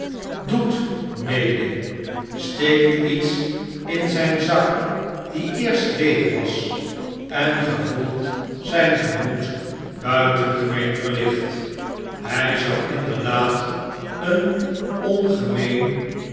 doet mede steekt iets in zijn zak die eerst leeg was en gevoelt zijn gemoed buitengemeen verlicht hij zou inderdaad een ongemeen